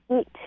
eat